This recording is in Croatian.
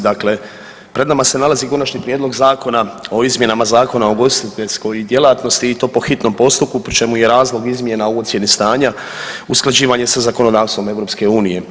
Dakle, pred nama se nalazi Konačni prijedlog Zakona o izmjenama Zakona o ugostiteljskoj djelatnosti i to po hitnom postupku pri čemu je razlog izmjena u ocjeni stanja usklađivanje sa zakonodavstvom EU.